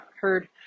heard